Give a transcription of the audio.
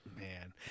man